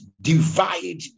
divide